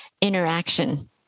interaction